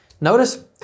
notice